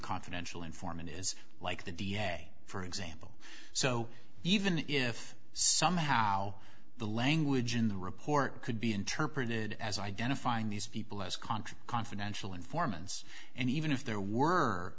confidential informant is like the d n a for example so even if somehow the language in the report could be interpreted as identifying these people as contra confidential informants and even if there were